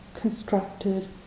constructed